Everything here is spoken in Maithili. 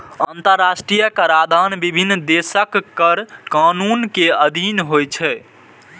अंतरराष्ट्रीय कराधान विभिन्न देशक कर कानून के अधीन होइ छै